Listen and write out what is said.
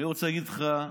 אני רוצה להגיד לך,